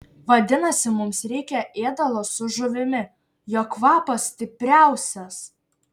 vadinasi mums reikia ėdalo su žuvimi jo kvapas stipriausias